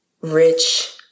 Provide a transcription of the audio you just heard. rich